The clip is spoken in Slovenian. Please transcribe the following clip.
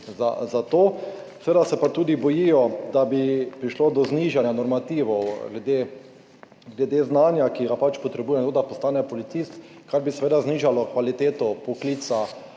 za to. Seveda se pa tudi bojijo, da bi prišlo do znižanja normativov glede znanja, ki se pač potrebuje za to, da nekdo postane policist, kar bi seveda znižalo kvaliteto poklica